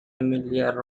emilia